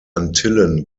antillen